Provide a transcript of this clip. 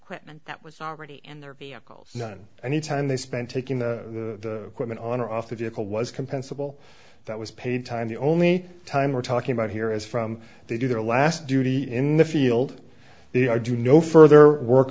it that was already in their vehicles none any time they spent taking the women on or off the vehicle was compensable that was paid time the only time we're talking about here is from they do their last duty in the field they are due no further work